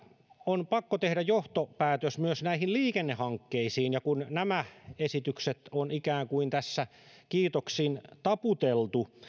on pakko tehdä johtopäätös myös näihin liikennehankkeisiin ja kun nämä esitykset on ikään kuin tässä kiitoksin taputeltu